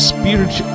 Spirit